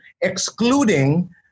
excluding